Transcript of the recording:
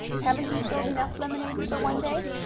haven't you sold enough lemonade for one day?